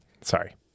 Sorry